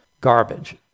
garbage